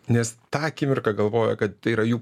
nes tą akimirką galvojo kad tai yra jų